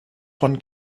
von